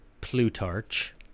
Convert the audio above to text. Plutarch